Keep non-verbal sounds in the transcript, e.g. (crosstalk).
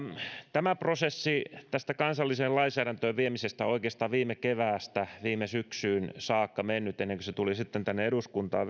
tämä prosessi kansalliseen lainsäädäntöön viemisestä on oikeastaan viime keväästä viime syksyyn saakka mennyt ennen kuin se tuli sitten tänne eduskuntaan (unintelligible)